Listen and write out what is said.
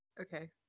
Okay